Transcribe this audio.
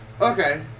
Okay